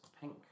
pink